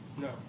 No